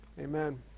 Amen